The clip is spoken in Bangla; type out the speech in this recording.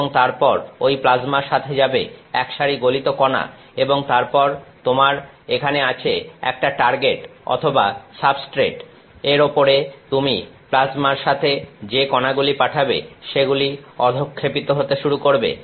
এবং তারপর ঐ প্লাজমার সাথে যাবে একসারি গলিত কণা এবং তারপর তোমার এখানে আছে একটা টার্গেট অথবা সাবস্ট্রেট এর ওপরে তুমি প্লাজমার সাথে যে কণাগুলি পাঠাবে সেগুলি অধঃক্ষেপিত হতে শুরু করবে